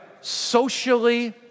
socially